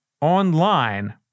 online